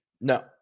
No